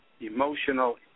emotional